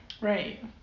Right